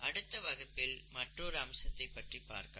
அடுத்த வகுப்பில் மற்றொரு அம்சத்தை பற்றி பார்க்கலாம்